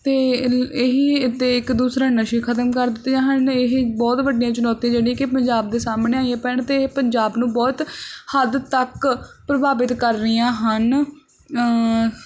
ਅਤੇ ਇਹ ਇਹੀ ਅਤੇ ਇੱਕ ਦੂਸਰੇ ਨਸ਼ੇ ਖਤਮ ਕਰ ਦਿੱਤੇ ਹਨ ਇਹ ਬਹੁਤ ਵੱਡੀਆਂ ਚੁਣੌਤੀਆਂ ਜਿਹੜੀਆਂ ਕਿ ਪੰਜਾਬ ਦੇ ਸਾਹਮਣੇ ਆਈਆਂ ਪੈਣ ਅਤੇ ਇਹ ਪੰਜਾਬ ਨੂੰ ਬਹੁਤ ਹੱਦ ਤੱਕ ਪ੍ਰਭਾਵਿਤ ਕਰ ਰਹੀਆਂ ਹਨ